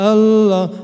Allah